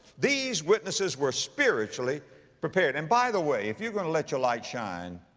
these witnesses were spiritually prepared. and by the way, if you're going to let your light shine,